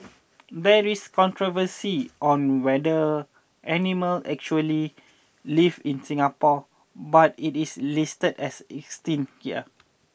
there is controversy on whether animal actually live in Singapore but it is listed as 'Extinct' here